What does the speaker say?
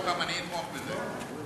תגיש את זה עוד פעם, אני אתמוך בזה.